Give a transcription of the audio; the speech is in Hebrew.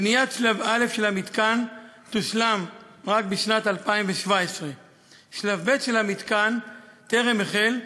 בניית שלב א' של המתקן תושלם רק בשנת 2017. שלב ב' של המתקן טרם החל,